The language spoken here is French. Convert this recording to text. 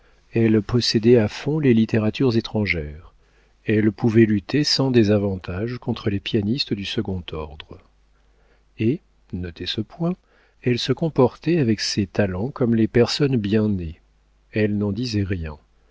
elle possédait à fond les littératures étrangères elle pouvait lutter sans désavantage contre les pianistes du second ordre et notez ce point elle se comportait avec ses talents comme les personnes bien nées elle n'en disait rien